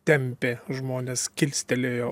tempė žmones kilstelėjo